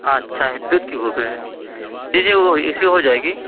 اچھا ہندوت کی بک ہے جی جی وہ ایشو ہو جائے گی